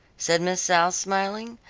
said miss south, smiling.